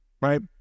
right